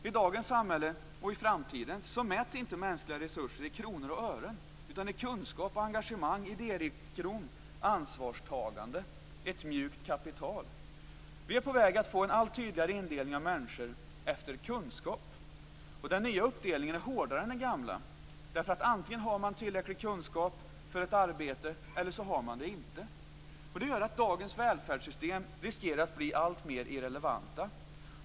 I dagens samhälle och i framtiden mäts inte mänskliga resurser i kronor och ören utan i kunskap, engagemang, idérikedom och ansvarstagande - ett mjukt kapital. Vi är på väg att få en allt tydligare indelning av människor efter kunskap. Den nya uppdelningen är hårdare än den gamla, därför att antingen har man tillräcklig kunskap för ett arbete eller så har man det inte. Det gör att dagens välfärdssystem riskerar att bli alltmer irrelevanta.